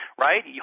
right